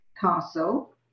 castle